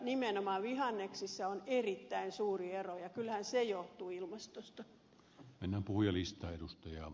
nimenomaan vihanneksissa on erittäin suuria eroja ja kyllähän se johtuu ilmastosta